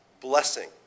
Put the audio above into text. blessing